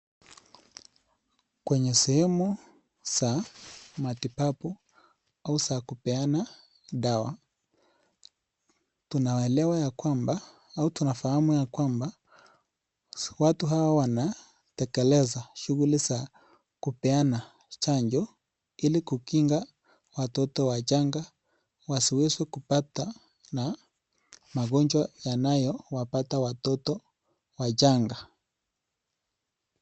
Kwenye sehemu za matibabu au za kupeana dawa tunaelewa ya kwamba watu hawa wanatekeleza shughuli za kupeana chanjo ili kukinga watoto wachanga wasiweze kupatwa na magonjwa yanayowapata watoto wachanga.